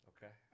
Okay